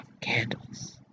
candles